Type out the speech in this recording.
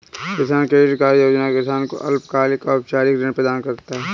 किसान credit card योजना किसान को अल्पकालिक औपचारिक ऋण प्रदान करता है